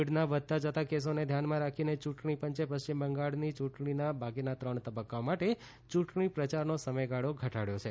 કોવિડના વધતા જતા કેસોને ધ્યાનમાં રાખીને ચૂંટણી પંચે પશ્ચિમ બંગાળની ચૂંટણીના બાકીના ત્રણ તબક્કાઓ માટે ચૂંટણી પ્રયારનો સમયગાળો ઘટાડ્યો છે